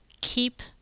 keep